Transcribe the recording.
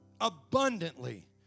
abundantly